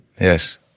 Yes